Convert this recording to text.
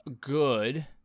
good